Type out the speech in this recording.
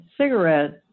cigarettes